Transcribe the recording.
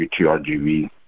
UTRGV